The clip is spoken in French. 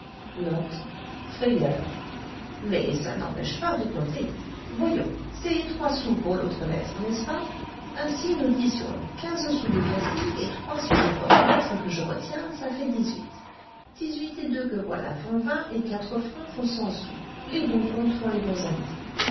mais ça n'empêche pas de compter voyons c'est trois sous pour l'autre lettre n'est-ce pas ainsi nous disions quinze sous de cassis et trois sous de port de lettre que je retiens ça fait dix-huit dix-huit et deux que voilà font vingt et quatre francs font cent sous les bons comptes font les bons amis